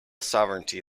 sovereignty